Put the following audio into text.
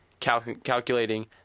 Calculating